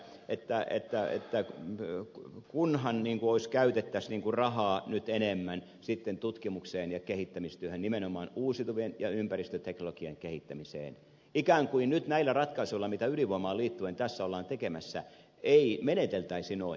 jääskeläinen täällä sanoi että kunhan nyt käytettäisiin rahaa enemmän tutkimukseen ja kehittämistyöhön nimenomaan uusiutuvan ja ympäristöteknologian kehittämiseen ikään kuin nyt näillä ratkaisuilla mitä ydinvoimaan liittyen tässä ollaan tekemässä ei meneteltäisi noin